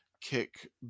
kick